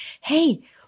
hey